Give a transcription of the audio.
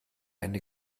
eine